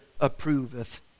approveth